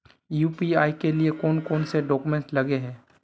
UPI के लिए कौन कौन से डॉक्यूमेंट लगे है?